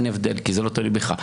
אין הבדל כי זה לא תלוי בך.